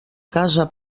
casa